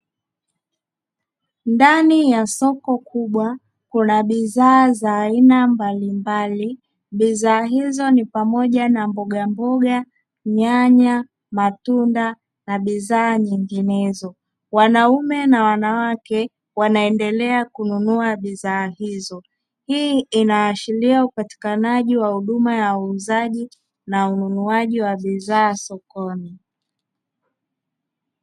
Ndani ya soko kubwa, kuna bidhaa za aina mbalimbali, bidhaa hizo ni pamoja na mbogamboga, nyanya, matunda, na bidhaa nyinginezo. Wanaume na wanawake wanaendelea kununua bidhaa hizo. Hii inaashiria upatikanaji wa huduma ya uuzaji na ununuaji wa bidhaa sokoni.